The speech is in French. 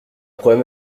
problème